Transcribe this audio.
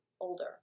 older